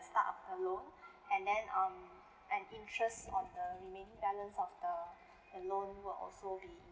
start of the loan and then um an interest on the remaining balance of the the loan will also be